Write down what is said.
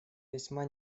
весьма